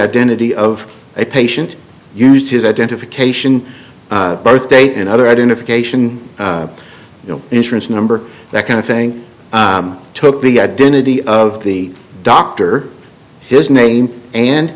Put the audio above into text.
identity of a patient used his identification birth date and other identification you know insurance number that kind of thing took the identity of the doctor his name and